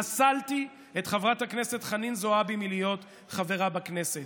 פסלתי את חברת הכנסת חנין זועבי מלהיות חברה בכנסת.